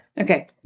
Okay